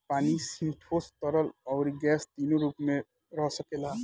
पानी ही ठोस, तरल, अउरी गैस तीनो रूप में रह सकेला